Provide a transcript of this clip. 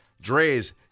Dre's